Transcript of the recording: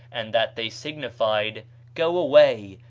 and that they signified go away,